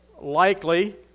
likely